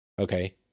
Okay